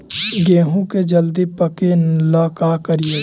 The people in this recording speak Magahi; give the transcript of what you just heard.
गेहूं के जल्दी पके ल का करियै?